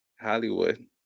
Hollywood